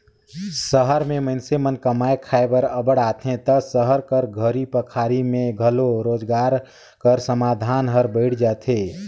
सहर में मइनसे मन कमाए खाए बर अब्बड़ आथें ता सहर कर घरी पखारी में घलो रोजगार कर साधन हर बइढ़ जाथे